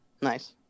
Nice